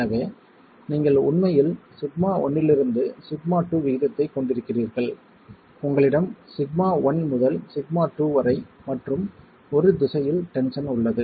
எனவே நீங்கள் உண்மையில் σ1 லிருந்து σ2 விகிதத்தைக் கொண்டிருக்கிறீர்கள் உங்களிடம் σ1 முதல் σ2 வரை மற்றும் ஒரு திசையில் டென்ஷன் உள்ளது